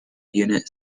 unit